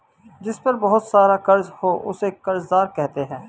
जिस पर बहुत सारा कर्ज हो उसे कर्जदार कहते हैं